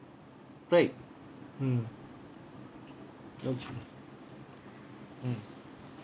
right mm mm